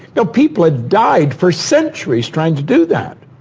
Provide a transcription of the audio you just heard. know, people had died for centuries, trying to do that.